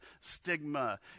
stigma